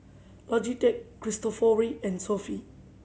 Logitech Cristofori and Sofy